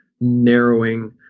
narrowing